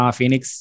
Phoenix